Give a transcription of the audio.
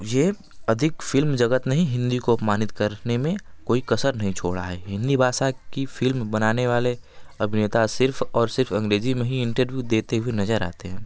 यह अधिक फ़िल्म जगत ने ही हिंदी को अपमानित करने में कोई कसर नहीं छोड़ा है हिंदी भाषा की फ़िल्म बनाने वाले अभिनेता सिर्फ़ और सिर्फ़ अंग्रेजी में ही इंटरव्यू देते हुए नज़र आते हैं